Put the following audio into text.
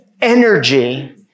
energy